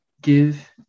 give